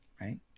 right